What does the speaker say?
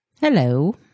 hello